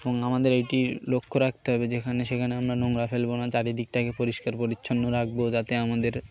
এবং আমাদের এইটি লক্ষ্য রাখতে হবে যেখানে সেখানে আমরা নোংরা ফেলব না চারিদিকটাকে পরিষ্কার পরিচ্ছন্ন রাখব যাতে আমাদের